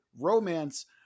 romance